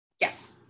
Yes